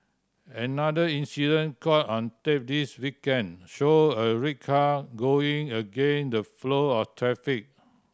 another incident caught on tape this weekend showed a red car going against the flow of traffic